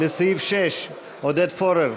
לסעיף 6, עודד פורר?